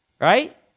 right